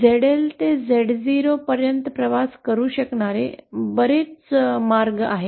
ZL ते Z0 पर्यंत प्रवास करू शकणारे बरेच भाग आहेत